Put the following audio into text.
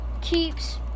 keeps